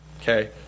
okay